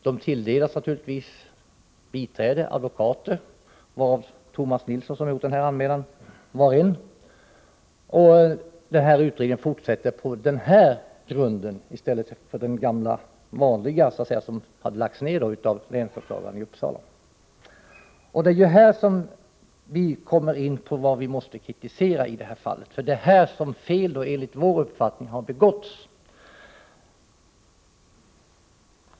De tilldelas naturligtvis biträden — advokater —, varav Tomas Nilsson, som gjort denna anmälan, var en. Utredningen fortsätter på denna grund i stället för på den gamla vanliga grunden så att säga, den som tillämpades vid den utredning som lades ned av länsåklagaren i Uppsala. Det är här man kommer in på det som vi måste kritisera i det här fallet. Det är här som fel har begåtts enligt vår uppfattning.